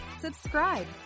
subscribe